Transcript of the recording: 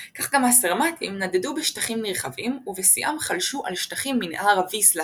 כך גם הסרמטים נדדו בשטחים נרחבים ובשיאם חלשו על שטחים מנהר הוויסלה